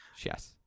Yes